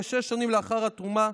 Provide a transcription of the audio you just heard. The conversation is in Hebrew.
כשש שנים לאחר התרומה,